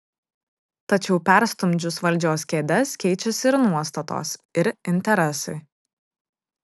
tačiau perstumdžius valdžios kėdes keičiasi ir nuostatos ir interesai